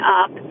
up